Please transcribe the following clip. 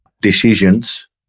decisions